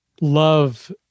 love